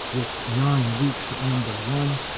with nine weeks at number one,